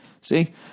see